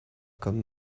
comme